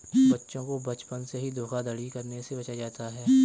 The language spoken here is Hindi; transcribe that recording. बच्चों को बचपन से ही धोखाधड़ी करने से बचाया जाता है